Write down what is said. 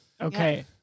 Okay